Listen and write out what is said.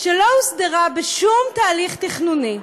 שלא הוסדרה בשום תהליך תכנוני,